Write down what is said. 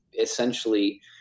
essentially